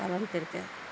पालन करिके